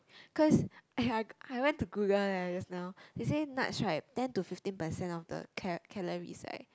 cause !aiya! I I went to Google leh just now they say nuts right ten to fifteen percent of the cal~ calories like